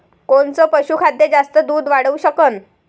कोनचं पशुखाद्य जास्त दुध वाढवू शकन?